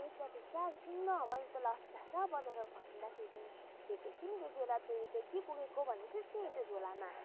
ओई प्रतिष्ठा सुन् न मैले तँलाई अस्ति थाहा छ बजारबाट फर्किँदाखेरि भेटेको थिएँ नि त्यति बेला तैँले त्यो के बोकेको भन्दै थिइस् नि त्यो झोलामा